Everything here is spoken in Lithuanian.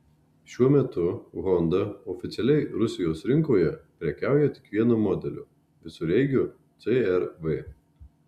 šiuo metu honda oficialiai rusijos rinkoje prekiauja tik vienu modeliu visureigiu cr v